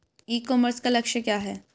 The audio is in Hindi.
ई कॉमर्स का लक्ष्य क्या है?